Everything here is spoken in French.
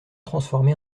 transformée